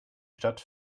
stadt